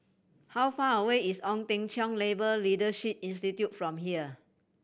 how far away is Ong Teng Cheong Labour Leadership Institute from here